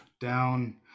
down